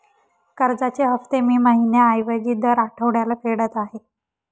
कर्जाचे हफ्ते मी महिन्या ऐवजी दर आठवड्याला फेडत आहे